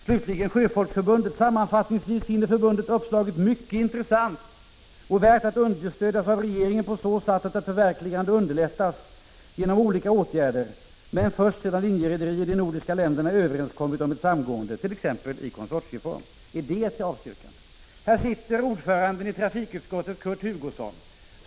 Slutligen Sjöfolksförbundet: ”Sammanfattningsvis finner förbundet uppslaget mycket intressant och värt att understödjas av regeringen på så sätt att ett förverkligande underlättas genom olika åtgärder men först sedan linjerederier i de nordiska länderna överenskommit om ett samgående, t.ex. i konsortieform.” Är det ett avstyrkande? Ordföranden i trafikutskottet Kurt Hugosson sitter här i kammaren.